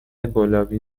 گلابی